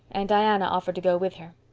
and diana offered to go with her.